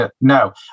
No